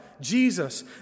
Jesus